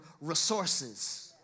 resources